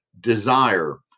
desire